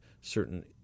certain